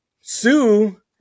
Sue